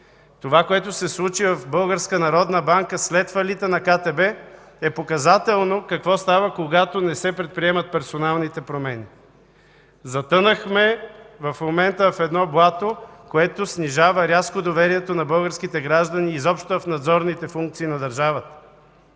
Българската народна банка след фалита на КТБ, е показателно какво става, когато не се предприемат персоналните промени. Затънахме в момента в едно блато, което снижава рязко доверието на българските граждани изобщо в надзорните функции на държавата.